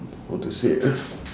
how to say ah